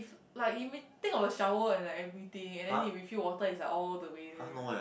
like if we think of a shower and like everything and then you refill water is like all the way there